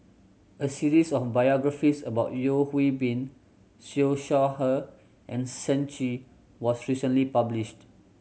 a series of biographies about Yeo Hwee Bin Siew Shaw Her and Shen Chi was recently published